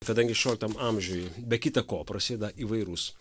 kadangi šešioliktam amžiuj be kita ko prasideda įvairūs